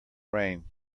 rain